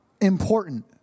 important